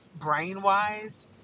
brain-wise